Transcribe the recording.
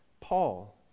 Paul